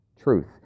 truth